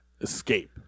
escape